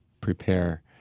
prepare